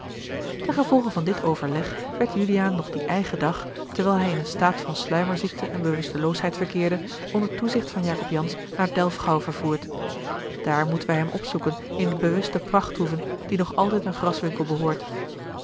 ten gevolge van dit overleg werd juliaan nog dien eigen dag terwijl hij in een staat van sluimerziekte en bewusteloosheid verkeerde onder toezicht van jacob jansz naar delfgauw vervoerd daar moeten wij hem opzoeken in de bewuste pachthoeve die nog altijd aan graswinckel behoort